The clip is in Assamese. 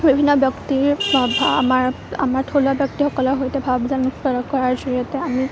বিভিন্ন ব্য়ক্তিৰ আমাৰ আমাৰ থলুৱা ব্য়ক্তিসকলৰ সৈতে ভাৱ আদান প্ৰদান কৰাৰ জৰিয়তে আমি